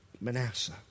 Manasseh